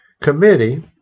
Committee